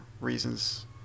reasons